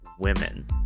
women